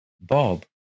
Bob